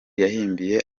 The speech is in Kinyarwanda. yahimbiye